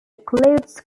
clothes